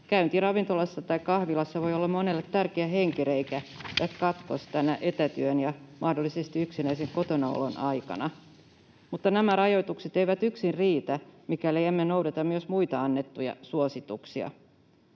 käynti ravintolassa tai kahvilassa voi olla monelle tärkeä henkireikä tai katkos tämän etätyön ja mahdollisesti yksinäisen kotonaolon aikana. Mutta nämä rajoitukset eivät yksin riitä, mikäli emme noudata myös muita annettuja suosituksia.